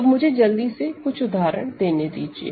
अब मुझे जल्दी से कुछ उदाहरण देने दीजिए